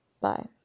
Bye